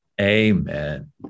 amen